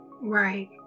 Right